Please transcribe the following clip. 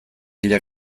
dira